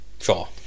Sure